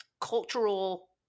cultural